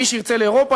מי שירצה לאירופה,